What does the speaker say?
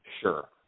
Sure